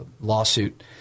lawsuit